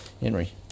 Henry